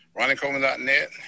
RonnieColeman.net